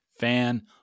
Fan